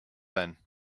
then